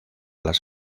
las